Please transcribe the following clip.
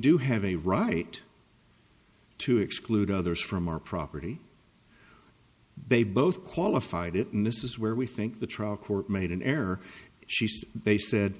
do have a right to exclude others from our property they both qualified it and this is where we think the trial court made an error she said they said